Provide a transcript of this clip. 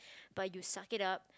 but you suck it up